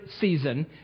season